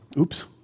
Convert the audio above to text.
Oops